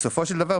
בסופו של דבר,